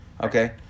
Okay